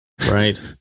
Right